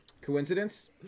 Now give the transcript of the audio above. Coincidence